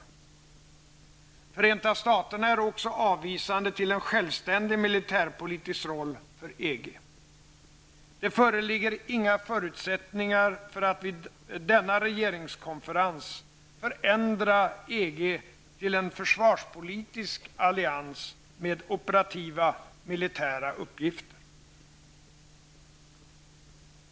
Förenta staterna är också avvisande till en självständig militärpolitisk roll för EG. Det föreligger inga förutsättningar för att vid denna regeringskonferens förändra EG till en försvarspolitisk allians med operativa militära uppgifter.